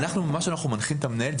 מה שאנחנו מנחים את המנהל,